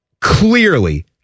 clearly